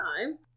time